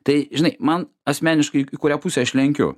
tai žinai man asmeniškai į kurią pusę aš lenkiu